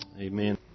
amen